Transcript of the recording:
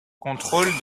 contrôle